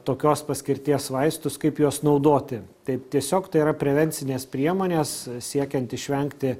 tokios paskirties vaistus kaip juos naudoti taip tiesiog tai yra prevencinės priemonės siekiant išvengti